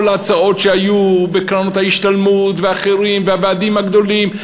כל ההצעות שהיו על קרנות ההשתלמות ואחרים והוועדים הגדולים,